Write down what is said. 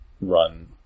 run